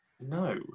No